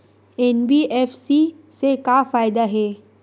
NBFC से का फ़ायदा हे?